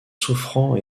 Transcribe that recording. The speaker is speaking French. souffrant